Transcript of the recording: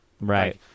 Right